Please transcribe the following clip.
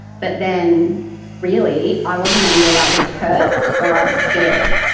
but then really i wasn't angry, i was hurt or i was scared.